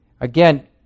again